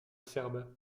serbe